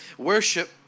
Worship